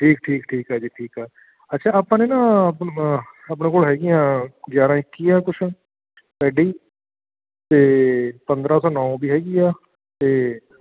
ਠੀਕ ਠੀਕ ਠੀਕ ਹੈ ਜੀ ਠੀਕ ਆ ਅੱਛਾ ਆਪਾਂ ਨੇ ਨਾ ਅਪ ਆਪਣੇ ਕੋਲ ਹੈਗੀਆਂ ਗਿਆਰ੍ਹਾਂ ਇੱਕੀ ਆ ਕੁਛ ਪੈਡੀ ਅਤੇ ਪੰਦਰ੍ਹਾਂ ਸੌ ਨੌ ਵੀ ਹੈਗੀ ਆ ਅਤੇ